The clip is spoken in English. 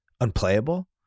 unplayable